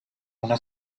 una